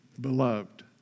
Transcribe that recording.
beloved